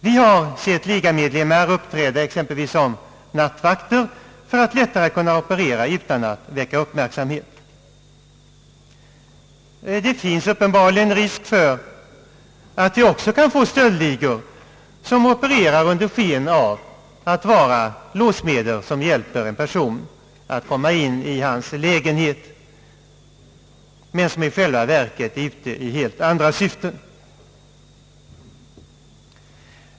Vi har sett ligamedlemmar uppträda exempelvis som nattvakter för att lättare kunna operera utan att väcka uppmärksamhet. Det finns uppenbarligen risk för att vi också kan få stöldligor som opererar under sken av att vara låssmeder som hjälper en person att komma in i hans lägenhet men som i själva verket är ute i helt andra syften.